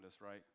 right